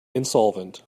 insolvent